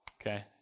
okay